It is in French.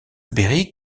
berry